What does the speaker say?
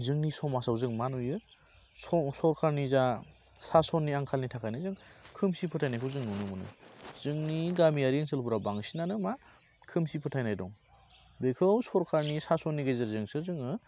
जोंनि समाजाव जों मा नुयो सर सरकारनि जा सास'ननि आंखालनि थाखायनो जों खोमसि फोथायनायखौ जों नुनो मोनो जोंनि गामियारि ओनसोलफोराव बांसिनानो मा खोमसि फोथायनाय दं बेखौ सरकारनि सास'ननि गेजेरजोंसो जोङो